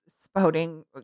spouting